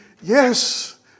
yes